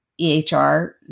EHR